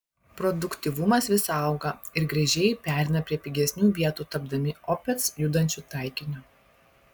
produktyvumas vis auga ir gręžėjai pereina prie pigesnių vietų tapdami opec judančiu taikiniu